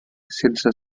sense